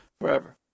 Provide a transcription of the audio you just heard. forever